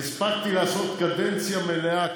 הספקתי לעשות קדנציה מלאה,